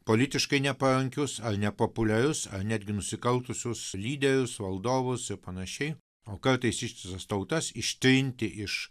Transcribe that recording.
politiškai neparankius ar nepopuliarius ar netgi nusikaltusius lyderius valdovus ir panašiai o kartais ištisas tautas ištrinti iš